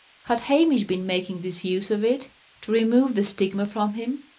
had hamish been making this use of it to remove the stigma from him?